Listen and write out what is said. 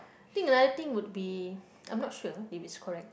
I think another thing would be I'm not sure if is correct